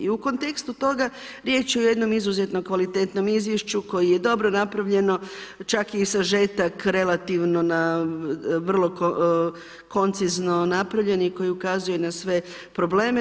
I u kontekstu toga riječ je o jednom izuzetno kvalitetnom izvješću koje je dobro napravljeno, čak je i sažetak relativno na vrlo koncizno napravljen i koji ukazuje na sve probleme.